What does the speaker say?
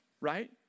right